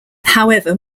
however